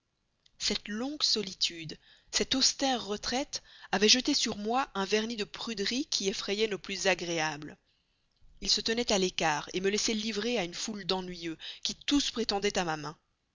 cette longue solitude cette austère retraite avaient jeté sur moi un vernis de pruderie qui effrayait nos plus agréables ils se tenaient à l'écart me laissaient livrée à une foule d'ennuyeux qui tous prétendaient à ma main